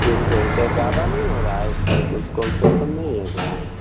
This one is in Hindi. तीन सौ रुपये ज़्यादा नहीं हो रहा है इसमें कुछ कॉन्सेशन नहीं है क्या